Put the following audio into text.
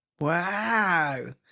Wow